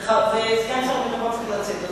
וסגן שר הביטחון צריך לצאת.